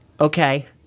Okay